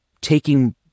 taking